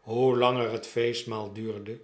hoe langer het feestmaal duurde